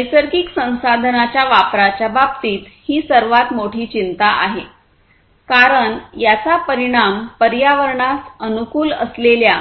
नैसर्गिक संसाधनांच्या वापराच्या बाबतीत ही सर्वात मोठी चिंता आहे कारण याचा परिणाम पर्यावरणास अनुकूल असलेल्या